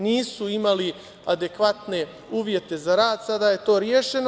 Nisu imali adekvatne uvijete za rad, a sada je to rešeno.